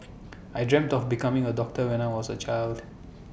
I dreamt of becoming A doctor when I was A child